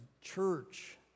church